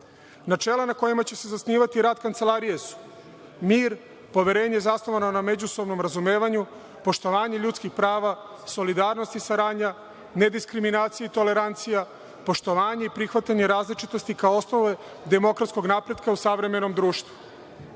na kojima će se zasnivati rad kancelarije su – mir, poverenje zasnovano na međusobnom razumevanju, poštovanje ljudskih prava, solidarnost i saradnja, ne diskriminacija i tolerancija, poštovanje i prihvatanje različitosti kao ostale demokratskog napretka u savremenom društvu. Svima